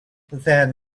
then